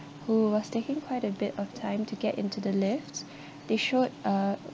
who was taking quite a bit of time to get into the lift they showed a